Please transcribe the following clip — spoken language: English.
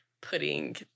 putting